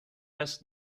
best